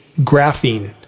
graphene